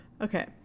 Okay